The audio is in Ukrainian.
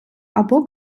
або